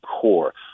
core